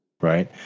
right